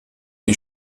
die